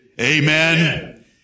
Amen